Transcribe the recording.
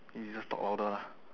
we just talk louder lah